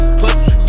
pussy